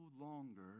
longer